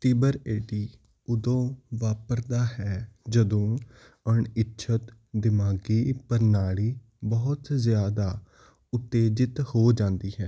ਤੀਬਰ A D ਉਦੋਂ ਵਾਪਰਦਾ ਹੈ ਜਦੋਂ ਅਣਇੱਛਤ ਦਿਮਾਗੀ ਪ੍ਰਣਾਲੀ ਬਹੁਤ ਜ਼ਿਆਦਾ ਉਤੇਜਿਤ ਹੋ ਜਾਂਦੀ ਹੈ